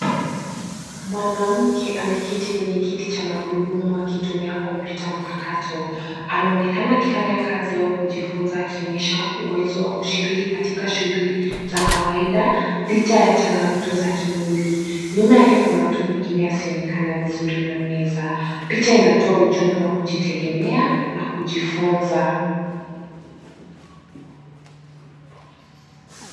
Mwanamke ameketi kwenye kiti cha magurudumu akitumia kompyuta mpakato. Anaonekana akifanya kazi au kujifunza akionyesha uwezo wa kushiriki katika shughuli za kawaida, licha ya changamoto za kimwili. Nyuma yake kuna mtu mwingine asiyeonekana vizuri na meza. Picha inatoa ujumbe wa kujitegemea na kujifunza.